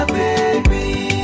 baby